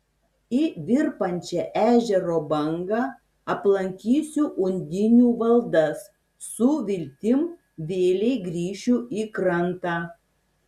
į virpančią ežero bangą aplankysiu undinių valdas su viltim vėlei grįšiu į krantą